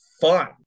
fun